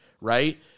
right